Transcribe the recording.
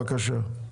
בבקשה.